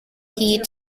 heat